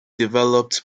developed